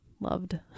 Loved